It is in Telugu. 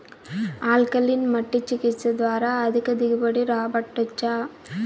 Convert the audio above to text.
ఆల్కలీన్ మట్టి చికిత్స ద్వారా అధిక దిగుబడి రాబట్టొచ్చా